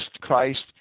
Christ